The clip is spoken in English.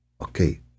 okay